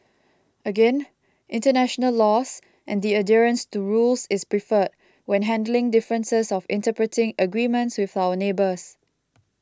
again international laws and the adherence to rules is preferred when handling differences of interpreting agreements with our neighbours